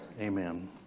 Amen